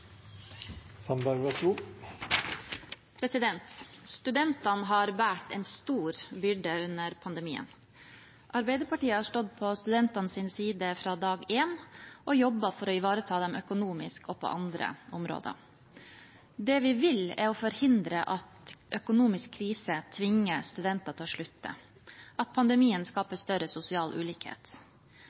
Studentene har båret en stor byrde under pandemien. Arbeiderpartiet har stått på studentenes side fra dag én og jobbet for å ivareta dem økonomisk og på andre områder. Det vi vil, er å forhindre at økonomisk krise tvinger studenter til å slutte, at pandemien skaper større sosial ulikhet.